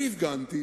אני הפגנתי